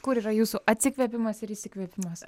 kur yra jūsų atsikvėpimas ir įsikvėpimas